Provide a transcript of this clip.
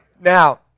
Now